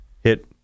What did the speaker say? hit